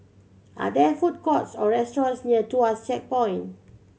are there food courts or restaurants near Tuas Checkpoint